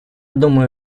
думаю